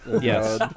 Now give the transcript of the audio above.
Yes